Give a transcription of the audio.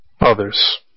others